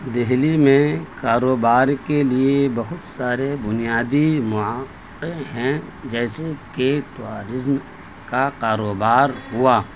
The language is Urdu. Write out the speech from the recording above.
دہلی میں کاروبار کے لیے بہت سارے بنیادی مواقع ہیں جیسے کا کاروبار ہوا